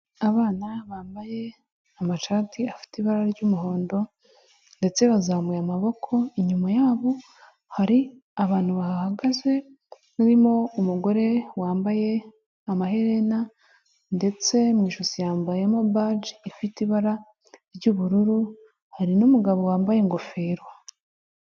Abana bambaye amashati afite ibara ry'umuhondo ndetse bazamuye amaboko, inyuma yabo hari abantu bahahagaze barimo umugore wambaye amaherena ndetse mu ijosi yambayemo baje ifite ibara ry'ubururu, hari n'umugabo wambaye ingofero.